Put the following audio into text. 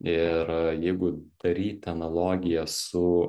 ir jeigu daryti analogiją su